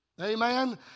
Amen